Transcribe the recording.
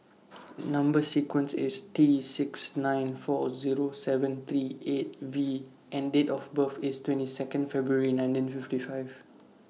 Number sequence IS T six nine four Zero seven three eight V and Date of birth IS twenty two February nineteen fifty five